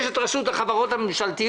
יש את רשות החברות הממשלתיות,